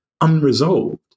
unresolved